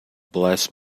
bless